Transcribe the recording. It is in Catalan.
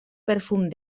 perfum